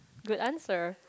good answer